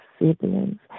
siblings